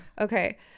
Okay